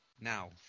now